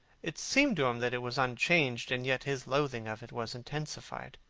it seemed to him that it was unchanged, and yet his loathing of it was intensified.